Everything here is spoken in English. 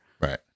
Right